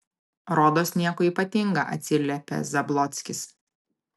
rodos nieko ypatinga atsiliepė zablockis